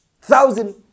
thousand